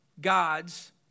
God's